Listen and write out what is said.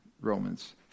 Romans